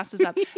up